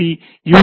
B U